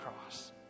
cross